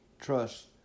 trust